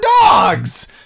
dogs